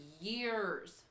years